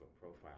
profile